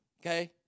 Okay